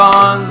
on